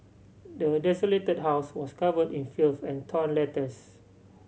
the desolated house was covered in filth and torn letters